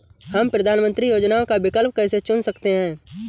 हम प्रधानमंत्री योजनाओं का विकल्प कैसे चुन सकते हैं?